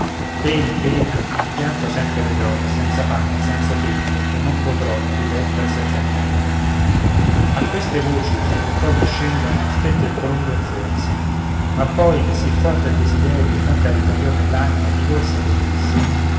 te in pena in pianto sempre vedrò senza pan senza tetto e non potrò diletto esserti accanto a queste voci che nel cor gli scendono stette il colombo in forse ma poi sì forte è il desiderio e tanta ribellion nell'anima gli corse che disse